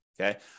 okay